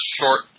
short